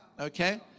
okay